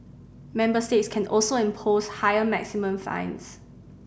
member states can also impose higher maximum fines